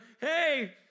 Hey